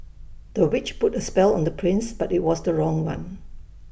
the witch put A spell on the prince but IT was the wrong one